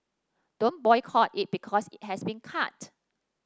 don't boycott it because it has been cut